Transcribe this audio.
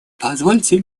позвольте